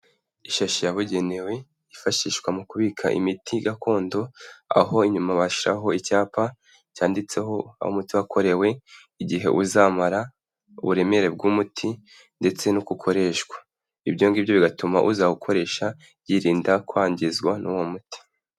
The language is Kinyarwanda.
Ishashi yabugenewe yifashishwa mu kubika imiti gakondo, aho inyuma bashiraho icyapa cyanditseho aho umuti wakorewe, igihe uzamara, uburemere bw'umuti, ndetse n'uko ukoreshwa, ibyo ngibyo bigatuma uzawukoresha yirinda kwangizwa n'uwo muti.